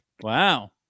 Wow